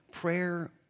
prayer